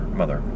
mother